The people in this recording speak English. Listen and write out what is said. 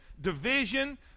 division